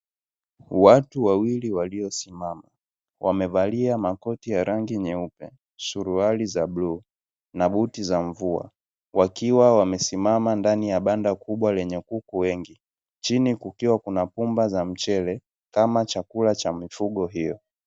Watu wawili waliosimama wamevalia makoti ya rangi nyeupe, suruali za bluu na buti za mvua wakiwa wamesimama ndani ya banda kubwa lenye kuku wengi, chini kukiwa kuna pumba za mchele kama chakula cha mifugo hio.